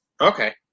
Okay